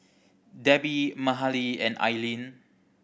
Debby Mahalie and Ailene